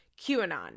QAnon